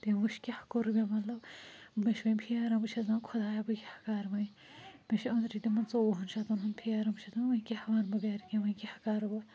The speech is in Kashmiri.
تٔمۍ وُچھ کیٛاہ کوٚر مےٚ مطلب مےٚ چھُ وۅنۍ فیران بہٕ چھَس دپان خۄدایا بہٕ کیٛاہ کَرٕ وۅنۍ مےٚ چھُ أنٛدری تِمَن ژۄوُہَن شَتَن ہُنٛد فیران بہٕ چھَس دَپان وۅنۍ کیٛاہ ونہٕ بہٕ گَرِکٮ۪ن وۅنۍ کیٛاہ کَرٕ بہٕ